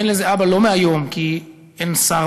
ואין לזה אבא לא מהיום,